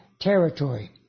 territory